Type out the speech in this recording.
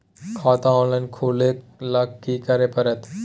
खाता ऑनलाइन खुले ल की करे परतै?